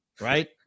right